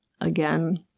again